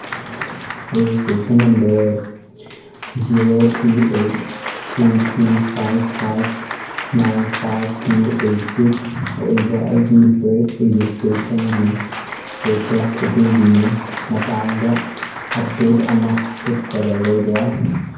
registration number zero three eight three three five five nine five two eight six ꯑꯣꯏꯕ ꯑꯩꯒꯤ ꯕꯔꯠ ꯔꯦꯖꯤꯁꯇ꯭ꯔꯦꯁꯟꯒꯤ status ꯑꯗꯨꯒꯤ ꯃꯇꯥꯡꯗ ꯑꯞꯗꯦꯠ ꯑꯃꯍꯦꯛꯇꯒ ꯂꯩꯕ꯭ꯔꯥ